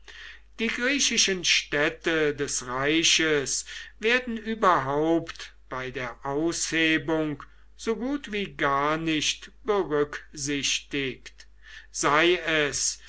die griechischen städte des reiches werden überhaupt bei der aushebung so gut wie gar nicht berücksichtigt sei es